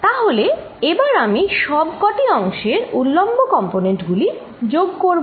তাহলে এবার আমি সব কটি অংশের উলম্ব কম্পনেন্ট গুলি যোগ করব